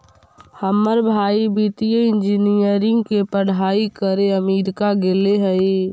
हमर भाई वित्तीय इंजीनियरिंग के पढ़ाई करे अमेरिका गेले हइ